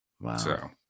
Wow